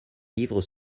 livres